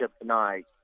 tonight